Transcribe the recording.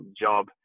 job